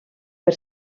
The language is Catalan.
per